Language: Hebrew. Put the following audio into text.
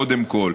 קודם כול.